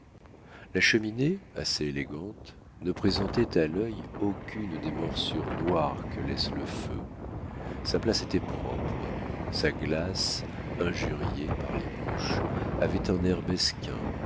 la cheminée assez élégante ne présentait à l'œil aucune des morsures noires que laisse le feu sa plaque était propre sa glace injuriée par les mouches avait un air